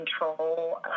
control